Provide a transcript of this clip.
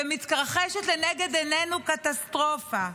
ומתרחשת לנגד עינינו קטסטרופה.